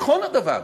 נכון הדבר.